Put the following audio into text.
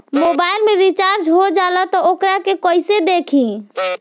Mobile में recharge हो जाला त वोकरा के कइसे देखी?